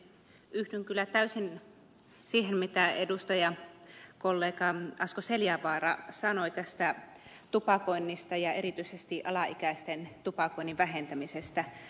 yhdyn kyllä täysin siihen mitä edustajakollega asko seljavaara sanoi tupakoinnista ja erityisesti alaikäisten tupakoinnin vähentämisestä